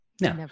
No